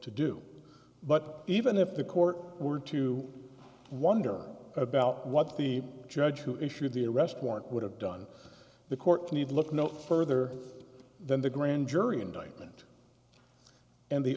to do but even if the court were to wonder about what the judge who issued the arrest warrant would have done the court's need look no further than the grand jury indictment and the